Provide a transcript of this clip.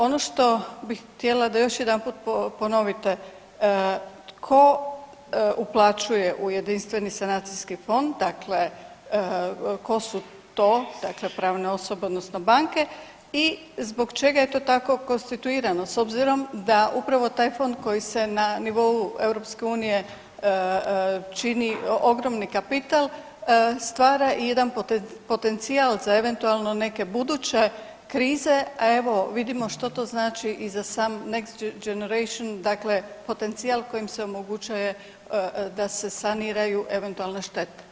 Ono što bih htjela da još jedanput ponovite, tko uplaćuje u JSF, dakle tko su to, dakle pravne osobe, odnosno banke i zbog čega je to tako konstituirano, s obzirom da upravo taj fond koji se na nivou EU čini ogromni kapital, stvara i jedan potencijal za eventualno neke buduće krize, a evo, vidimo što to znači i za sam next generation, dakle potencijal kojim se omogućuje da se saniraju eventualne štete.